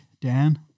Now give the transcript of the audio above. Dan